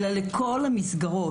אלא לכל המסגרות.